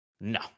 No